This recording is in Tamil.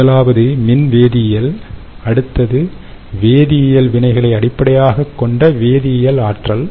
முதலாவது மின் வேதியியல் அடுத்தது வேதியியல் வினைகளை அடிப்படையாகக் கொண்ட வேதியியல் ஆற்றல்